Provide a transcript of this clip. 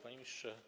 Panie Ministrze!